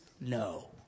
No